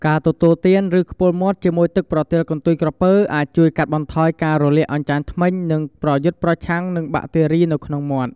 ការទទួលទាន ឬខ្ពុរមាត់ជាមួយទឹកប្រទាលកន្ទុយក្រពើ អាចជួយកាត់បន្ថយការរលាកអញ្ចាញធ្មេញ និងប្រយុទ្ធប្រឆាំងនឹងបាក់តេរីនៅក្នុងមាត់។